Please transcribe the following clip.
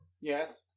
Yes